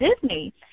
Disney